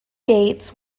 gates